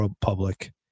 public